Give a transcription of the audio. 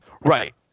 right